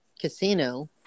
casino